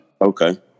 Okay